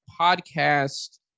podcast